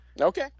Okay